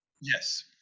yes